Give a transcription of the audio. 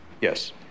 Yes